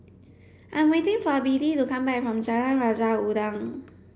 I'm waiting for Biddie to come back from Jalan Raja Udang